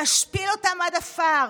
להשפיל אותם עד עפר,